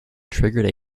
triggered